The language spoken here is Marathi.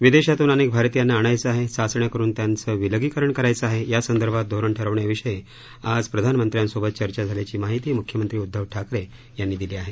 विदेशातून अनेक भारतीयांना आणायचं आहे चाचण्या करून त्यांचं विलगीकरण करायचे आहे यासंदर्भात धोरण ठरविण्याविषयी आज चर्चा प्रधानमंत्र्यांसोबत चर्चा झाल्याची माहिती म्ख्यमंत्री उद्धव ठाकरे यांनी दिली आहे